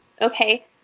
okay